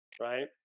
right